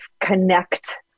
connect